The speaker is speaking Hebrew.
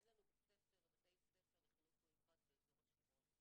אין לנו בתי ספר לחינוך מיוחד באזור השרון.